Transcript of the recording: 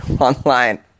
online